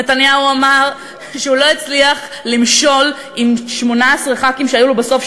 נתניהו אמר שהוא לא הצליח למשול עם 18 חברי כנסת שהיו לו בסוף,